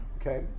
okay